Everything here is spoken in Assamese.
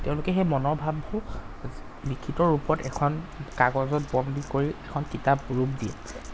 তেওঁলোকে সেই মনৰ ভাববোৰ লিখিত ৰূপত এখন কাগজত বন্দী কৰি এখন কিতাপ ৰূপ দিয়ে